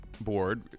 board